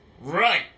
Right